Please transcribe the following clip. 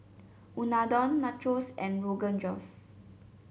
Unadon Nachos and Rogan Josh